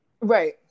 right